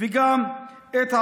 וגם את הערבית.